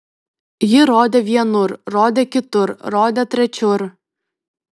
ji rodė vienur rodė kitur rodė trečiur